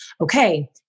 okay